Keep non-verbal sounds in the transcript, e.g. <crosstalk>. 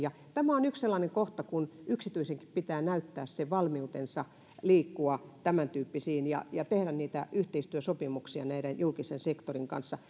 tämä on yksi sellainen kohta kun yksityisenkin pitää näyttää valmiutensa liikkua tämäntyyppisiin ja ja tehdä yhteistyösopimuksia julkisen sektorin kanssa <unintelligible>